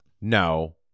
No